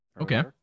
Okay